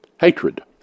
hatred